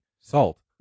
salt